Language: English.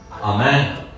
Amen